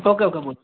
ওকে okay বলুন